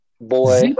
Boy